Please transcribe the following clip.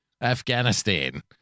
Afghanistan